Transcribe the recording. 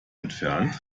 entfernt